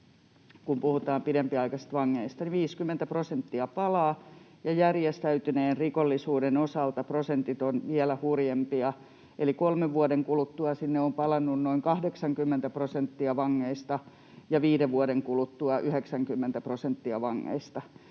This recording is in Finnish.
Kun puhutaan pidempiaikaisista vangeista, niin 50 prosenttia palaa, ja järjestäytyneen rikollisuuden osalta prosentit ovat vielä hurjempia, eli kolmen vuoden kuluttua sinne on palannut noin 80 prosenttia vangeista ja viiden vuoden kuluttua 90 prosenttia vangeista.